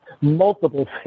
multiple